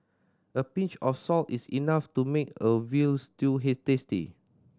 a pinch of salt is enough to make a veal stew he tasty